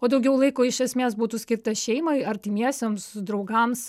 o daugiau laiko iš esmės būtų skirta šeimai artimiesiems draugams